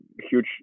huge